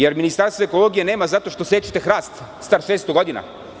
Da li Ministarstva ekologije nema zato što sečete hrast star 600 godina?